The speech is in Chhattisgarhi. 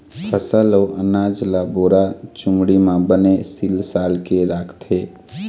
फसल अउ अनाज ल बोरा, चुमड़ी म बने सील साल के राखथे